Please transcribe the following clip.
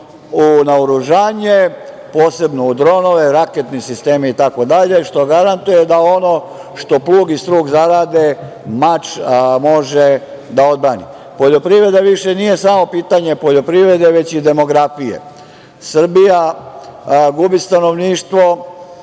u naoružanje, posebno u dronove, raketne sisteme itd. što garantuje da ono što plug i strug zarade, mač može da odbrani. Poljoprivreda više nije samo pitanje poljoprivrede, već i demografije. Srbija gubi stanovništvo